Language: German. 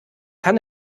kann